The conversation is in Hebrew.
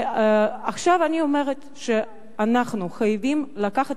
ועכשיו אני אומרת שאנחנו חייבים לקחת